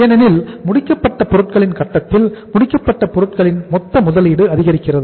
ஏனெனில் முடிக்கப்பட்ட பொருட்கள் கட்டத்தில் முடிக்கப்பட்ட பொருட்களின் மொத்த முதலீடு அதிகரிக்கிறது